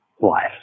life